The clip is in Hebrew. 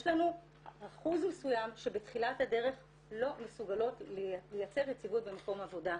יש לנו אחוז מסוים שבתחילת הדרך לא מסוגלות לייצר יציבות במקום עבודה.